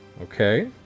Okay